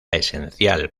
esencial